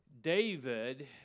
David